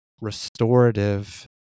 restorative